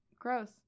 Gross